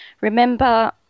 Remember